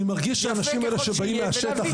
אני מרגיש שהאנשים האלה שבאים מהשטח,